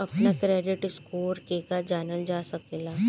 अपना credit score केगा जानल जा सकेला?